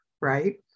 right